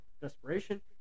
desperation